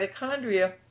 mitochondria